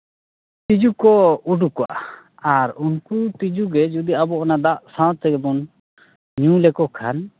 ᱛᱤᱡᱩ ᱠᱚ ᱩᱰᱩᱠᱚᱜᱼᱟ ᱟᱨ ᱩᱱᱠᱩ ᱛᱤᱡᱩᱜᱮ ᱟᱵᱚ ᱡᱩᱫᱤ ᱚᱱᱟ ᱫᱟᱜ ᱥᱟᱶᱛᱮᱵᱚᱱ ᱧᱩ ᱞᱮᱠᱚ ᱠᱷᱟᱱ